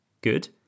Good